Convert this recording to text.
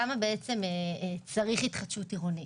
למה צריך התחדשות עירונית?